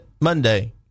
Monday